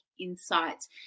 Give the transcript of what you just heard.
Insights